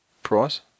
price